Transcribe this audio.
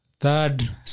Third